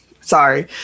sorry